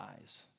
eyes